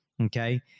Okay